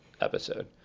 episode